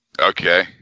Okay